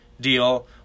deal